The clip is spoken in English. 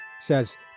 says